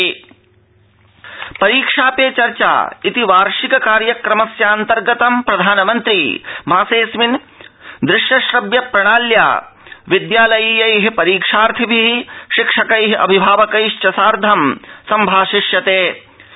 प्रधानमन्त्री पे चर्चा परीक्षा पे चर्चा इति वार्षिक कार्यक्रमस्याऽन्तर्गतं प्रधानमन्त्री मासेऽस्मिन् दृश्यश्रव्यप्रणाल्या विद्यालयीय परीक्षार्थिभि शिक्षक अभिभावकृष्ण्यि सार्ध संभाषिष्यते